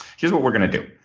here's what we're going to do.